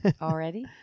already